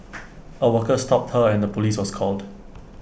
A worker stopped her and the Police was called